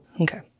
Okay